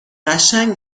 قشنگ